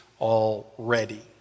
already